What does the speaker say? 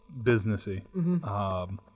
businessy